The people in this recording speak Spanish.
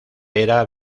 era